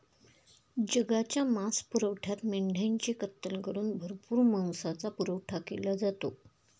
जगाच्या मांसपुरवठ्यात मेंढ्यांची कत्तल करून भरपूर मांसाचा पुरवठा केला जातो